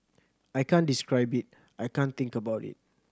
I can't describe it I can't think about it